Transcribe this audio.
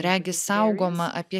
regis saugoma apie